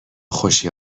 خوشی